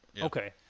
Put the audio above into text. Okay